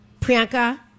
Priyanka